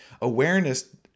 Awareness